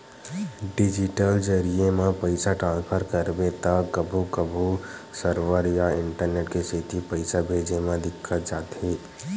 digital जरिए म पइसा ट्रांसफर करबे त कभू कभू सरवर या इंटरनेट के सेती पइसा भेजे म दिक्कत जाथे